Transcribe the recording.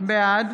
בעד